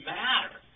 matter